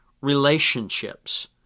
Relationships